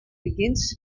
begins